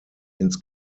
ins